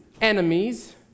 enemies